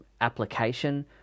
application